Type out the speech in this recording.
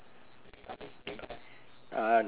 uh um